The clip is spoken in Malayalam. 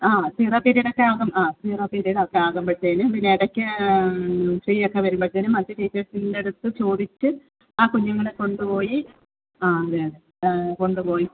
ആ സീറൊ പിരീടക്കെ ആകുമ്പം ആ സീറൊ പിരീടൊക്കെ ആകുമ്പോഴ്ത്തേന് പിന്നിടക്ക് ഫ്രീയക്കെ വരുമ്പോഴ്ത്തേനും മറ്റ് ടീച്ചേഴ്സിൻ്റട്ത്ത് ചോദിച്ച് ആ കുഞ്ഞുങ്ങളെ കൊണ്ട് പോയി ആ അതേ അതേ കൊണ്ട് പോയി